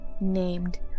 named